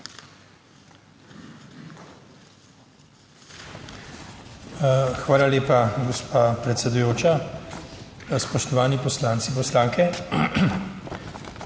Hvala lepa, gospa predsedujoča. Spoštovani poslanci, poslanke!